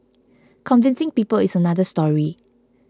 convincing people is another story